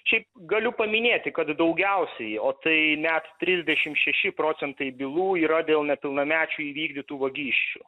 šiaip galiu paminėti kad daugiausiai o tai net trisdešim šeši procentai bylų yra dėl nepilnamečių įvykdytų vagysčių